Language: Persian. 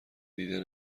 دیده